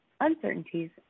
uncertainties